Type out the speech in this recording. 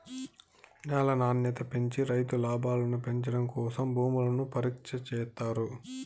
న్యాల నాణ్యత పెంచి రైతు లాభాలను పెంచడం కోసం భూములను పరీక్ష చేత్తారు